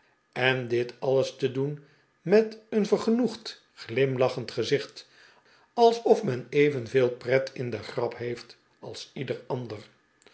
en dit alles te doen met een vergenoegd glimlachend gezicht alsof men evenveel pret in de grap heeft als ieder ander